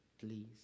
please